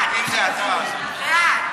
אחריו, חברת הכנסת נאוה בוקר.